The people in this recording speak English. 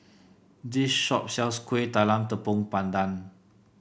this shop sells Kueh Talam Tepong Pandan